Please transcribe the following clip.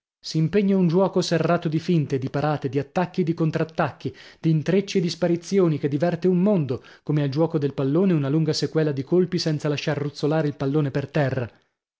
tavolato s'impegna un giuoco serrato di finte di parate di attacchi e di contrattacchi d'intrecci e di sparizioni che diverte un mondo come al giuoco del pallone una lunga sequela di colpi senza lasciar ruzzolare il pallone per terra